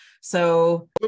So-